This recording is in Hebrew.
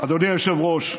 אדוני היושב-ראש,